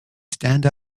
stand